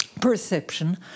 perception